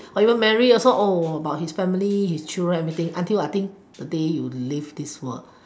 or even married also about his family his children everything until I think the day you leave this world